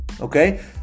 Okay